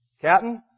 Captain